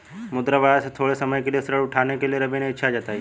मुद्रा बाजार से थोड़े समय के लिए ऋण उठाने के लिए रवि ने इच्छा जताई